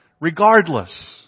Regardless